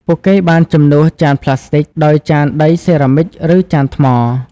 ពួកគេបានជំនួសចានប្លាស្ទិកដោយចានដីសេរ៉ាមិច ឬចានថ្ម។